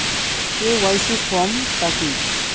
KYC form টা কি?